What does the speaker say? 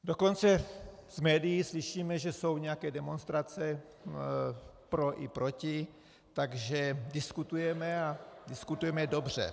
Dokonce v médiích slyšíme, že jsou nějaké demonstrace pro i proti, takže diskutujeme, a diskutujeme dobře.